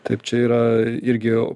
taip čia yra irgi